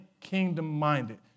kingdom-minded